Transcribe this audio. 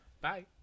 Bye